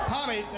Tommy